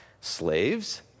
slaves